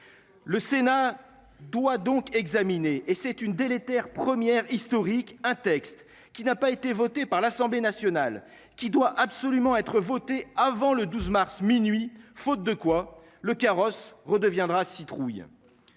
Le Sénat doit donc examiner et c'est une délétère. Première historique, un texte qui n'a pas été voté par l'Assemblée nationale qui doit absolument être voté avant le 12 mars minuit, faute de quoi le carrosse redeviendra citrouille.